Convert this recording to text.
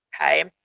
okay